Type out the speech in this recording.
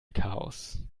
chaos